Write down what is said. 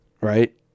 Right